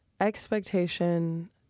expectation